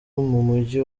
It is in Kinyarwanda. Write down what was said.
mujyi